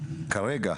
כרגע,